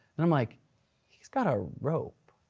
and i'm like he's got our rope.